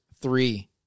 Three